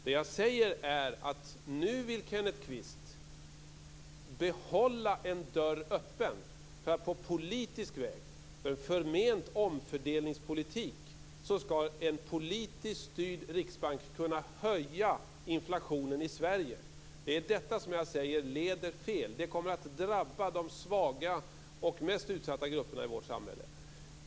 Det jag säger är att nu vill Kenneth Kvist behålla en dörr öppen för att på politisk väg, med en förment omfördelningspolitik, göra det möjligt för en politiskt styrd riksbank att höja inflationen i Sverige. Det är detta som jag säger leder fel. Det kommer att drabba de svaga och mest utsatta grupperna i vårt samhälle.